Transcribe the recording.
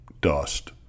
dust